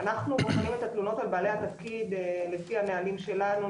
אנחנו בוחנים את התלונות על בעלי התפקיד לפי הנהלים שלנו,